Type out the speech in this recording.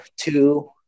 two